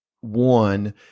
one